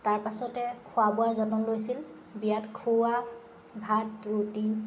তাৰ পাছতে খোৱা বোৱাৰ যতন লৈছিল বিয়াত খুওৱা ভাত ৰুটি